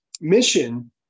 mission